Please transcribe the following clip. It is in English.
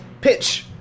Pitch